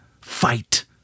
fight